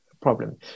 problem